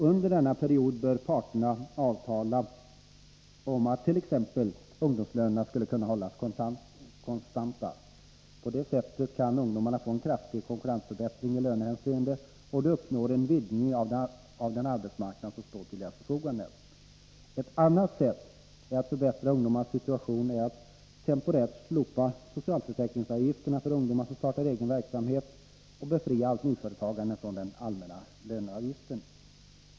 Under denna period bör parterna avtala om att t.ex. ungdomslönerna skulle kunna hållas konstanta. På det sättet kan ungdomarna få möjlighet till en kraftig konkurrensförbättring i lönehänseende, och de uppnår en vidgning av den arbetsmarknad som står till deras förfogande. Ett annat sätt att förbättra ungdomarnas situation är att temporärt slopa socialförsäkringsavgifterna för ungdomar som startar egen verksamhet och befria allt nyföretagande från den allmänna löneavgiften.